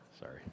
sorry